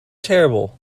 terrible